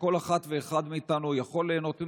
שכל אחת ואחד מאיתנו יכול ליהנות ממנה.